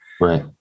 right